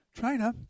China